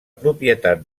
propietat